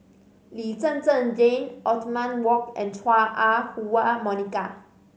Lee Zhen Zhen Jane Othman Wok and Chua Ah Huwa Monica